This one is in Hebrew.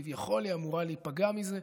כביכול היא אמורה להיפגע מזה.